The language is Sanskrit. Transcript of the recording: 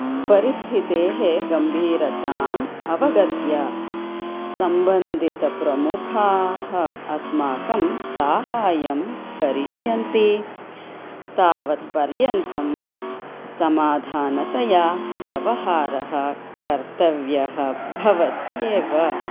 परिस्थितेः गम्भीरताम् अवगत्य सम्बन्धितप्रमुखाः अस्माकं साहायं करिष्यन्ति तावत्पर्यन्तं समाधानतया व्यवहारः कर्तव्यः भवत्येव